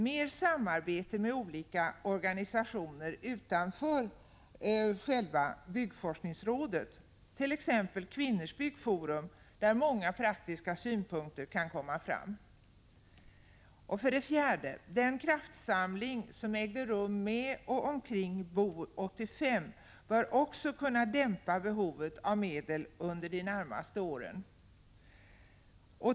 Mer samarbete med olika organisationer utanför själva byggforskningsrådet, t.ex. Kvinnors byggforum, kan ge många praktiska synpunkter. 4. Den kraftsamling som ägde rum med och omkring Bo-85 bör också kunna dämpa behovet av medel under det närmaste året.